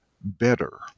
better